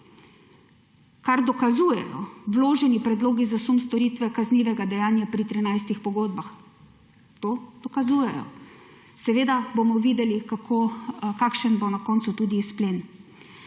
kar dokazujejo vloženi predlogi za sum storitve kaznivega dejanja pri 13 pogodbah. To dokazujejo. Seveda bomo videli, kakšen bo na koncu tudi izplen.